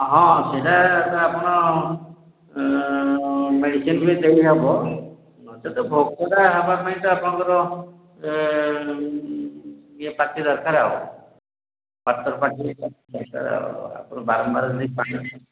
ହଁ ସେଇଟା ଆପଣ ମେଡ଼ିସିନ୍ବି ଦେଇ ହବ ନଚେତ୍ ଭୋକୋଟା ହବା ପାଇଁ ତ ଆପଣଙ୍କର ଇଏ ପାଟି ଦରକାର ଆଉ ପାଟି ଦରକାର ଆଉ ଆପଣ ବାରମ୍ବାର ଦେଇ